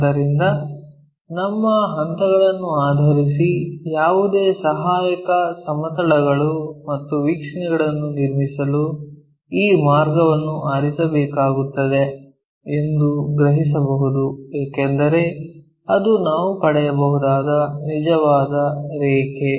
ಆದ್ದರಿಂದ ನಮ್ಮ ಹಂತಗಳನ್ನು ಆಧರಿಸಿ ಯಾವುದೇ ಸಹಾಯಕ ಸಮತಲಗಳು ಮತ್ತು ವೀಕ್ಷಣೆಗಳನ್ನು ನಿರ್ಮಿಸಲು ಈ ಮಾರ್ಗವನ್ನು ಆರಿಸಬೇಕಾಗುತ್ತದೆ ಎಂದು ಗ್ರಹಿಸಬಹುದು ಏಕೆಂದರೆ ಅದು ನಾವು ಪಡೆಯಬಹುದಾದ ನಿಜವಾದ ರೇಖೆ